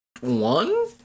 One